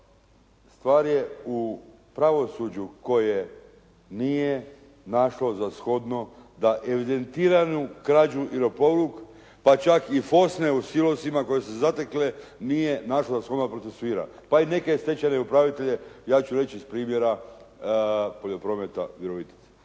Stvar je u pravosuđu koje nije našlo za shodno da evidentiranu krađu i lopovluk pa čak i fosne u silosima koje su se zatekle, nije našla … /Ne razumije se./ … pa i neke stečajne upravitelje, ja ću reći iz primjera "Poljoprometa" Virovitice.